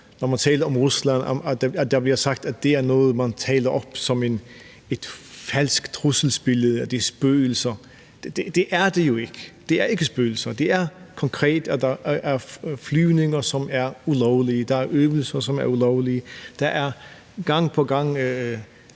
når man taler om Rusland, bliver sagt, at det er noget, man taler op som et falsk trusselsbillede – at det er spøgelser. Det er det jo ikke – det er ikke spøgelser. Det er konkret, at der er flyvninger, som er ulovlige, at der er øvelser, som er ulovlige, og der er gang på gang